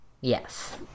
Yes